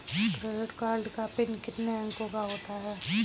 Credit card का PIN कितने अंकों का होता है?